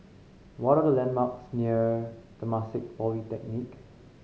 what are the landmarks near Temasek Polytechnic